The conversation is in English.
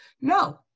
no